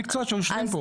אנשי המקצועי שיושבים פה.